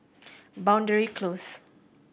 Boundary Close